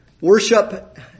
worship